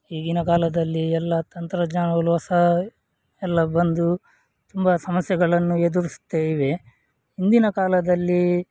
ಈಗಿನ ಕಾಲದಲ್ಲಿ ಎಲ್ಲ ತಂತ್ರಜ್ಞಾನಗಳು ಸಹ ಎಲ್ಲ ಬಂದು ತುಂಬ ಸಮಸ್ಯೆಗಳನ್ನು ಎದುರಿಸ್ತೇವೆ ಹಿಂದಿನ ಕಾಲದಲ್ಲಿ